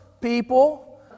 people